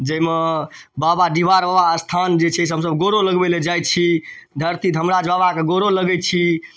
जाहिमे बाबा डिहबार बाबा अस्थान जे छै से हमसब गोरो लगबैलए जाइ छी धरती धर्मराज बाबाके गोरो लगै छी